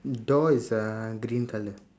door is uh green colour